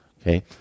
Okay